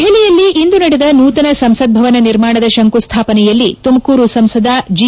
ದೆಹಲಿಯಲ್ಲಿಂದು ನಡೆದ ನೂತನ ಸಂಸತ್ ಭವನ ನಿರ್ಮಾಣದ ಶಂಕುಸ್ಥಾಪನೆಯಲ್ಲಿ ತುಮಕೂರು ಸಂಸದ ಜಿ